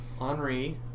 Henri